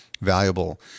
valuable